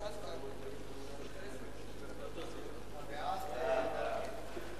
ההצעה להעביר את הנושא לוועדת הכספים